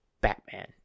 Batman